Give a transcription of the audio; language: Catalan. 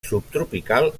subtropical